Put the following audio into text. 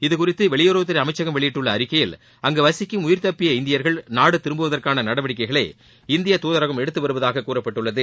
இதுகுறித்து வெளியுறவுத்துறை அமைச்சகம் வெளியிட்டுள்ள அறிக்கையில் அங்கு வசிக்கும் உயிர் தப்பிய இந்தியர்கள் நாடு திரும்புவதற்கான நடவடிக்கைகளை இந்திய தூஜகம் எடுத்து வருவதாக கூறப்பட்டுள்ளது